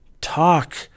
Talk